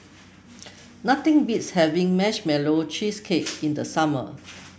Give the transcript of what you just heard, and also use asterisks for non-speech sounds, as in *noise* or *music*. *noise* nothing beats having Marshmallow Cheesecake in the summer